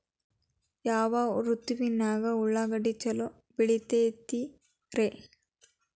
ಯಾವ ಋತುವಿನಾಗ ಉಳ್ಳಾಗಡ್ಡಿ ಛಲೋ ಬೆಳಿತೇತಿ ರೇ?